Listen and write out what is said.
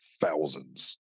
thousands